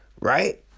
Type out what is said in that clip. right